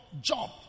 job